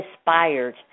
inspired